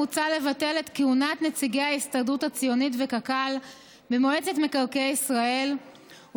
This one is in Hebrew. מוצע לבטל את כהונת נציגי ההסתדרות הציונית וקק"ל במועצת מקרקעי ישראל,